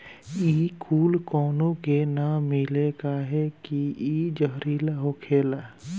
इ कूल काउनो के ना मिले कहे की इ जहरीला होखेला